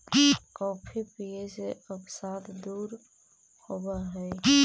coffee पीये से अवसाद दूर होब हई